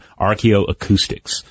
archaeoacoustics